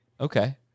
Okay